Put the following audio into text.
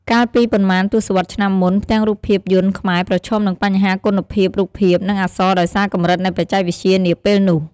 កាលពីប៉ុន្មានទសវត្សរ៍ឆ្នាំមុន ផ្ទាំងរូបភាពយន្តខ្មែរប្រឈមនឹងបញ្ហាគុណភាពរូបភាព និងអក្សរដោយសារកម្រិតនៃបច្ចេកវិទ្យានាពេលនោះ ។